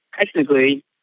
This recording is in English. technically